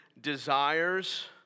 desires